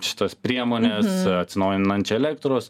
šitas priemones atsinaujinančią elektros